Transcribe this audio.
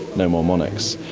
no more monarchs.